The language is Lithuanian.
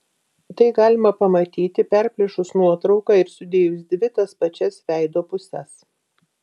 tai galima pamatyti perplėšus nuotrauką ir sudėjus dvi tas pačias veido puses